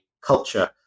culture